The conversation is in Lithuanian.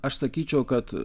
aš sakyčiau kad